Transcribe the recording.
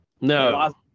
No